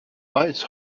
ice